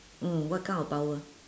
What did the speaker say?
mm what kind of power